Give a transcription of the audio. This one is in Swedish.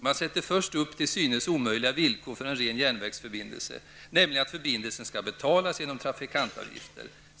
Man sätter först upp till synes omöjliga villkor för enbart en järnvägsförbindelse, nämligen att förbindelsen skall betalas genom trafikantavgifter.